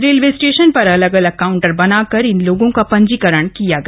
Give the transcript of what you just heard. railway station पर अलग अलग काउंटर बनाकर इन लोगों का पंजीकरण किया गया